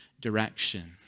direction